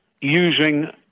using